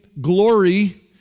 glory